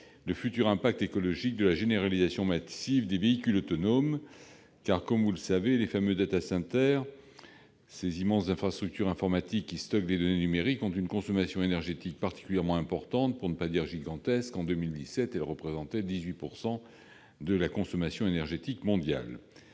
le futur impact écologique de la généralisation massive des véhicules autonomes. En effet, comme vous le savez, mes chers collègues, les fameux, ces immenses infrastructures informatiques qui stockent les données numériques, ont une consommation énergétique particulièrement importante, pour ne pas dire gigantesque. En 2017, ils engloutissaient déjà près de 18 % de la consommation énergétique mondiale.